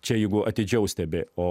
čia jeigu atidžiau stebi o